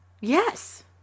yes